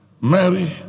Mary